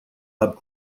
hub